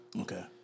Okay